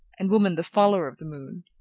and woman the follower of the moon.